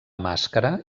màscara